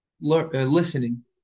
listening